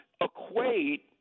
equate